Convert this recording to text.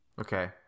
Okay